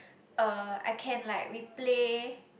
uh I can like replay